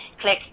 click